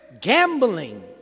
gambling